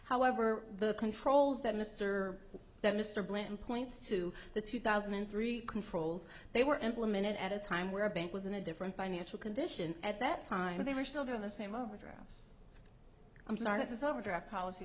however the controls that mr that mr blanton points to the two thousand and three controls they were implemented at a time where a bank was in a different financial condition at that time they were still doing the same overdraft america's overdraft policy